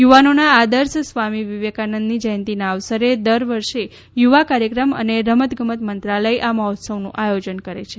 યુવાનોના આદર્શ સ્વામી વિવેકાનંદની જયંતીના અવસરે દર વર્ષે યુવા કાર્યક્રમ અને રમત ગમત મંત્રાલય આ મહોત્સવનું આયોજન કરે છે